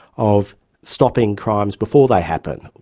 of stopping crimes before they happen.